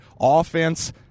offense